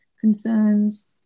concerns